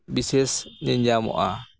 ᱵᱤᱥᱮᱥ ᱧᱮᱧᱟᱢᱚᱜᱼᱟ